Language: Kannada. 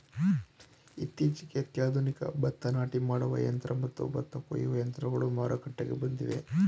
ಇತ್ತೀಚೆಗೆ ಅತ್ಯಾಧುನಿಕ ಭತ್ತ ನಾಟಿ ಮಾಡುವ ಯಂತ್ರ ಮತ್ತು ಭತ್ತ ಕೊಯ್ಯುವ ಯಂತ್ರಗಳು ಮಾರುಕಟ್ಟೆಗೆ ಬಂದಿವೆ